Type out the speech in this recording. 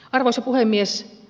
arvoisa puhemies